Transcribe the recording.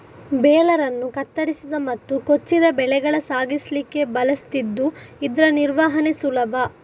baler ಅನ್ನು ಕತ್ತರಿಸಿದ ಮತ್ತು ಕೊಚ್ಚಿದ ಬೆಳೆಗಳ ಸಾಗಿಸ್ಲಿಕ್ಕೆ ಬಳಸ್ತಿದ್ದು ಇದ್ರ ನಿರ್ವಹಣೆ ಸುಲಭ